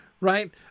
right